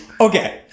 okay